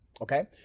Okay